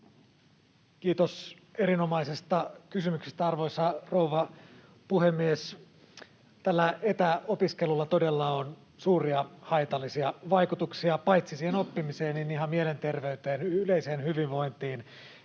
Kiitos erinomaisesta kysymyksestä. Arvoisa rouva puhemies! Tällä etäopiskelulla todella on suuria haitallisia vaikutuksia paitsi siihen oppimiseen, niin ihan mielenterveyteen, yleiseen hyvinvointiin,